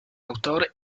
autor